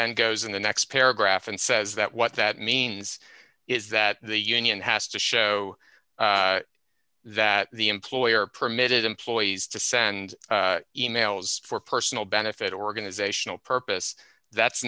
then goes in the next paragraph and says that what that means is that the union has to show that the employer permitted employees to send e mails for personal benefit organizational purpose that's